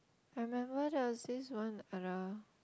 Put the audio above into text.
I remember there was this one other